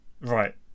right